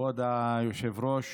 כבוד היושב-ראש,